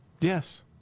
Yes